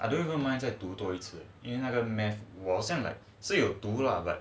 I don't even mind 在读多一次因为那个 maths 我现在是有读 lah but